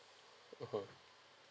mmhmm